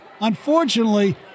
unfortunately